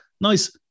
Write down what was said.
nice